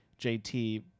JT